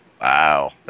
Wow